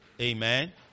amen